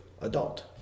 adult